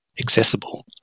accessible